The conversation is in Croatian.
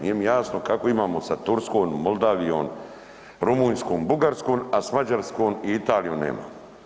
Nije mi jasno kako imamo sa Turskom i Moldavijom, Rumunjskom, Bugarskom, a s Mađarskom i Italijom nemamo.